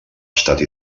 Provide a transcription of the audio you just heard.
estat